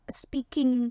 speaking